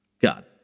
god